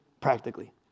practically